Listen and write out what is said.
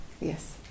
yes